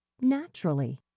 naturally